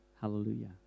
Hallelujah